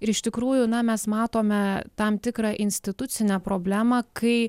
ir iš tikrųjų na mes matome tam tikrą institucinę problemą kai